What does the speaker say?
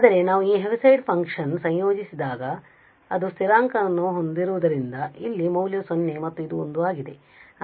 ಆದರೆ ನಾವು ಈ ಹೆವಿಸೈಡ್ ಫಂಕ್ಷನ್ ನನ್ನು ಸಂಯೋಜಿಸಿದಾಗ ಏಕೆಂದರೆ ಅದು ಸ್ಥಿರಾಂಕವನ್ನು ಹೊಂದಿರುವುದರಿಂದ ಇಲ್ಲಿ ಮೌಲ್ಯ 0 ಮತ್ತು ಇದು 1 ಆಗಿದೆ